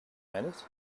minute